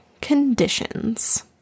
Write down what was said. Conditions